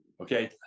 Okay